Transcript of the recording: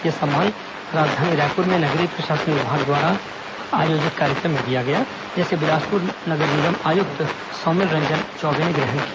यह सम्मान राजधानी रायपुर में नगरीय प्रशासन विभाग द्वारा आयोजित कार्यक्रम में दिया गया जिसे बिलासपुर के नगर निगम आयुक्त सौमिल रंजन चौबे ने ग्रहण किया